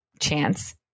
chance